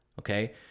okay